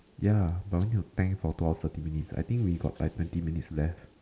ya but we need to tank for two hours thirty minutes I think we got thirty minutes left